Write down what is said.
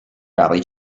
rally